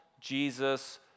Jesus